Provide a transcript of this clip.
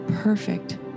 perfect